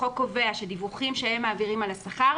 החוק קובע שדיווחים שהם מעבירים על השכר,